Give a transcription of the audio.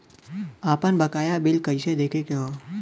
आपन बकाया बिल कइसे देखे के हौ?